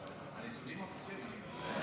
--- זה לא נכון, הנתונים הפוכים, אני מצטער.